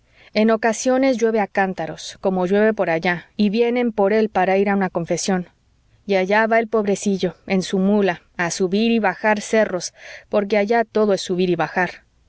en ocasiones llueve a cántaros como llueve por allá y vienen por él para ir a una confesión y allá va el pobrecillo en su mula a subir y bajar cerros porque allí todo es subir y bajar